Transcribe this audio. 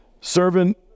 servant